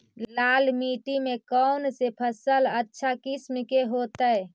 लाल मिट्टी में कौन से फसल अच्छा किस्म के होतै?